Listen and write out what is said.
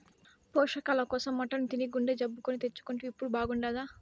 పోషకాల కోసం మటన్ తిని గుండె జబ్బు కొని తెచ్చుకుంటివి ఇప్పుడు బాగుండాదా